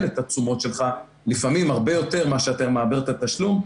את התשומות שלך לפעמים הרבה יותר משאתה מעביר את התשלום.